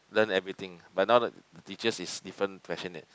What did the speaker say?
learn everything but now the teachers is different passionate